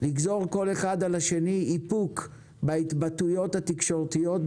לגזור כל אחד על השני איפוק בהתבטאויות התקשורתיות,